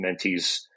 mentees